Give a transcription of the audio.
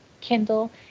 Kindle